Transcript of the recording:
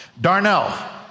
Darnell